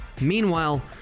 Meanwhile